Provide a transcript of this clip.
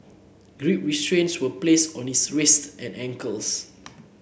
grip restraints were placed on his wrists and ankles